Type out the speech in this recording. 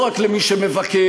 לא רק למי שמבקר,